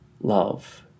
love